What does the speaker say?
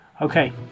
Okay